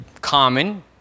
common